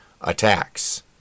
attacks